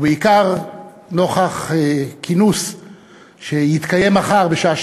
ובעיקר נוכח כינוס שיתקיים מחר בשעה